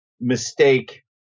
mistake